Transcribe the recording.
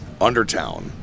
Undertown